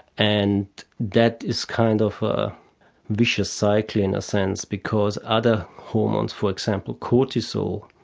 and that is kind of a vicious cycle in a sense because other hormones, for example cortisol,